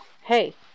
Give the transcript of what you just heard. hey